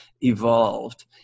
evolved